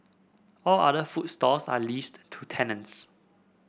all other food stalls are leased to tenants